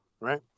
right